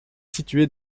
situés